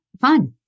fun